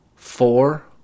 Four